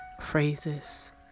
phrases